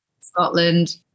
Scotland